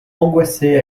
angoissé